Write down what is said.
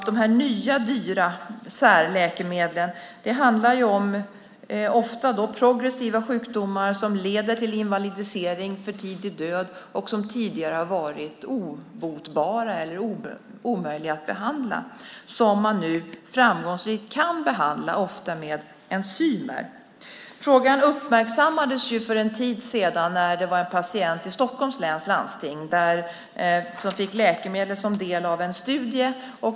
De nya dyra särläkemedlen handlar i allmänhet om progressiva sjukdomar som leder till invalidisering, för tidig död och som tidigare har varit obotliga eller omöjliga att behandla. Nu kan man framgångsrikt behandla dem, ofta med enzymer. Frågan uppmärksammades för en tid sedan när en patient i Stockholms läns landsting fick läkemedel som del av en studie.